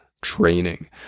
training